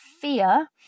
fear